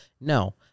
no